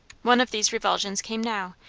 one of these revulsions came now,